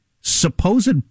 supposed